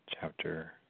chapter